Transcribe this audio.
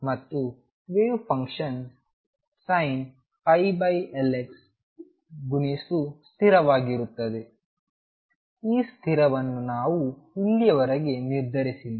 ಮತ್ತು wave function sin L x ಗುಣಿಸು ಸ್ಥಿರವಾಗಿರುತ್ತದೆ ಈ ಸ್ಥಿರವನ್ನು ನಾವು ಇಲ್ಲಿಯವರೆಗೆ ನಿರ್ಧರಿಸಿಲ್ಲ